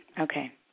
Okay